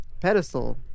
pedestal